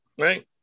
right